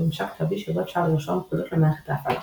שהוא ממשק תווי שבו אפשר לרשום פקודות למערכת ההפעלה.